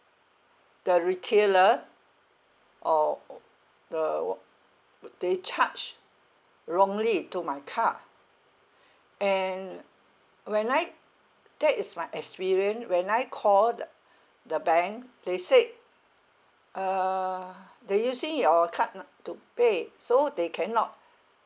the retailer or oo the wha~ they charge wrongly to my card and when I that is my experience when I call the the bank they said uh they using your card ah to pay so they cannot